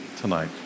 TONIGHT